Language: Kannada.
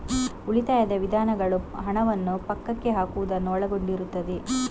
ಉಳಿತಾಯದ ವಿಧಾನಗಳು ಹಣವನ್ನು ಪಕ್ಕಕ್ಕೆ ಹಾಕುವುದನ್ನು ಒಳಗೊಂಡಿರುತ್ತದೆ